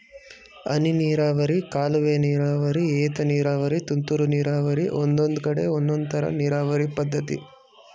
ಹನಿನೀರಾವರಿ ಕಾಲುವೆನೀರಾವರಿ ಏತನೀರಾವರಿ ತುಂತುರು ನೀರಾವರಿ ಒಂದೊಂದ್ಕಡೆ ಒಂದೊಂದ್ತರ ನೀರಾವರಿ ಪದ್ಧತಿ